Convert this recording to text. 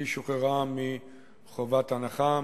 היא שוחררה מחובת הנחה.